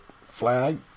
Flag